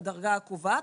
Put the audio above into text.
לדרגה הקובעת,